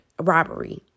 robbery